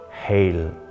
Hail